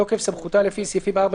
בתוקף סמכותה לפי סעיפים 4,